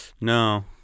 No